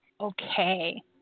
Okay